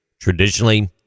Traditionally